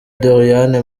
doriane